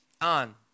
on